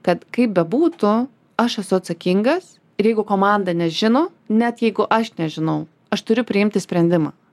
kad kaip bebūtų aš esu atsakingas ir jeigu komanda nežino net jeigu aš nežinau aš turiu priimti sprendimą